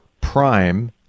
Prime